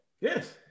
Yes